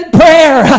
prayer